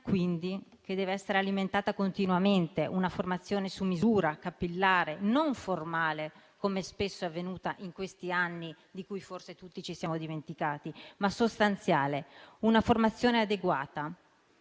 quindi, deve essere alimentata continuamente; una formazione su misura, capillare, non formale, come spesso è avvenuto in questi anni, di cui forse tutti ci siamo dimenticati, ma sostanziale; una formazione adeguata